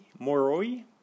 Moroi